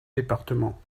départements